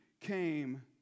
came